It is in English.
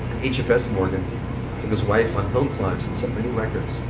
hfs morgan. took his wife on climbs and set many records.